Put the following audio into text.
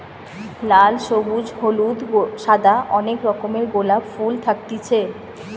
লাল, সবুজ, হলুদ, সাদা অনেক রকমের গোলাপ ফুল থাকতিছে